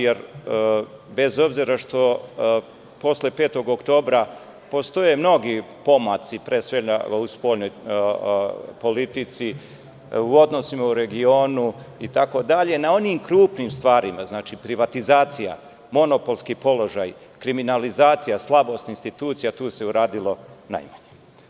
Jer, bez obzira što posle 5. oktobra postoje mnogi pomaci, pre svega u spoljnoj politici, u odnosima u regionu itd, na onim krupnim stvarima, kao što je privatizacija, monopolski položaj, kriminalizacija, slabost institucija, tu se uradilo najmanje.